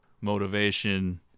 motivation